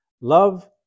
love